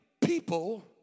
people